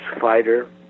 fighter